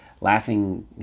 laughing